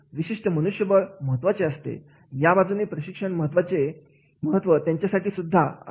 विशिष्ट मनुष्यबळ खूप महत्त्वाचे असते या बाजूने प्रशिक्षणाचे महत्त्व त्यांच्यासाठी सुद्धा असते